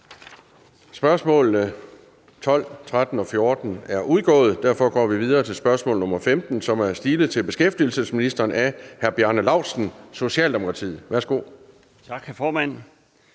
Spørgsmålene nr. 12, 13 og 14 er udgået, og derfor går vi videre til spørgsmål nr. 15 (spm. nr. S 317), som er stilet til beskæftigelsesministeren af hr. Bjarne Laustsen, Socialdemokratiet. Kl. 14:35 Spm.